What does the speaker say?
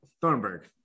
thornburg